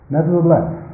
Nevertheless